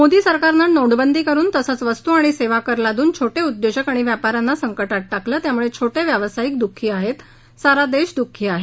मोदी सरकारनं नोटबंदी करुन तसंच वस्तू आणि सेवा कर लादून छोटे उद्योजक आणि व्यापाऱ्यांना संकटात टाकलं त्यामुळे छोटे व्यावसायिक दुःखी आहेत सारा देश दुःखी आहे